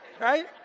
right